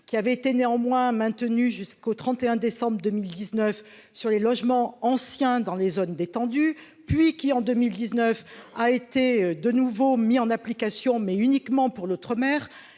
qui avait été néanmoins maintenue jusqu'au 31 décembre 2019 sur les logements anciens dans les zones détendues puis qui, en 2019 a été de nouveau mis en application, mais uniquement pour l'outre-mer,